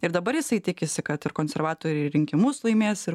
ir dabar jisai tikisi kad ir konservatoriai rinkimus laimės ir